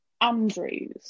Andrews